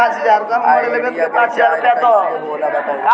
Idea के recharge कइसे होला बताई?